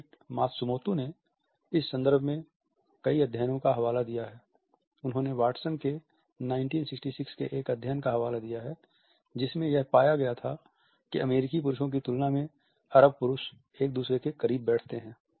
David Matsumoto ने इस संदर्भ में कई अध्ययनों का हवाला दिया है उन्होंने वाटसन के 1966 के एक अध्ययन का हवाला दिया है जिसमें यह पाया गया था कि अमेरिकी पुरुषों की तुलना में अरब पुरुष एक दूसरे के करीब बैठते हैं